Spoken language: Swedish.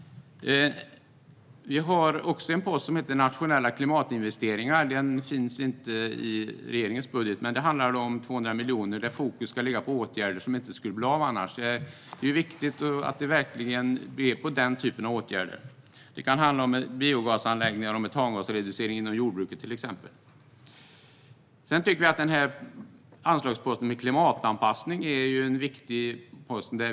Vi har också en post som heter nationella klimatinvesteringar. Den finns inte med i regeringens budget. Det handlar om 200 miljoner med fokus på viktiga åtgärder som annars inte skulle bli av. Det kan till exempel handla om biogasanläggningar och metangasreducering inom jordbruket. Vi tycker att anslagsposten klimatanpassning är viktig.